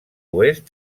oest